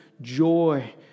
joy